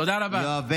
תודה רבה.